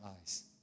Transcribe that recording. eyes